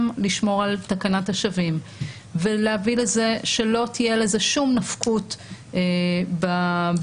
לשמור על תקנת השבים ולהביא לכך שלא תהיה לזה שום נפקות בחיים